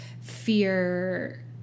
fear